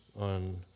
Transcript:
on